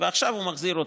ועכשיו הוא מחזיר אותה,